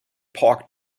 park